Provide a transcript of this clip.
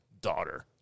daughter